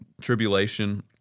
tribulation